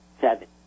Seven